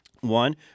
One